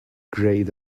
grayed